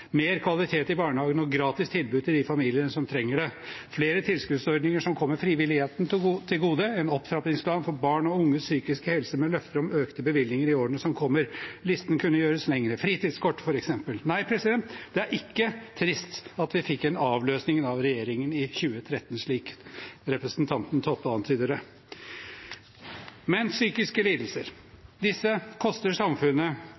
mer kvalitet i barnehagene og gratis tilbud til de familiene som trenger det, flere tilskuddsordninger som kommer frivilligheten til gode, en opptrappingsplan for barn og unges psykiske helse, med løfter om økte bevilgninger i årene som kommer. Listen kunne gjøres lenger – fritidskort, f.eks. Nei, det er ikke trist at vi fikk en avløsning av regjeringen i 2013, slik representanten Toppe antyder. Men: Psykiske lidelser koster samfunnet